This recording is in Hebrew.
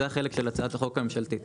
זו החלק של הצעת החוק הממשלתי.